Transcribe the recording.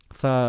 sa